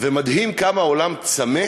מדהים כמה העולם צמא